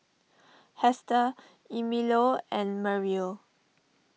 Hester Emilio and Merrill